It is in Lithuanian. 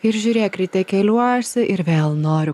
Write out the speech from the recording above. ir žiūrėk ryte keliuosi ir vėl noriu